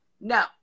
No